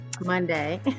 Monday